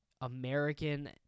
american